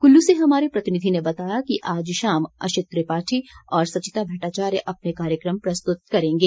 कुल्लू से हमारे प्रतिनिधि ने बताया है कि आज शाम अशित त्रिपाठी और सचिता भट्टाचार्य अपने कार्यक्रम प्रस्तुत करेंगे